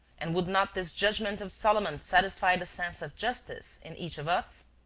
and would not this judgment of solomon satisfy the sense of justice in each of us?